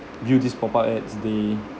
view these pop up ads they